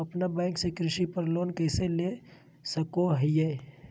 अपना बैंक से कृषि पर लोन कैसे ले सकअ हियई?